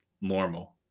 normal